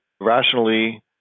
rationally